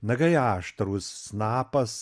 nagai aštrūs snapas